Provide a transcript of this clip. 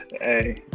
Hey